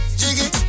jiggy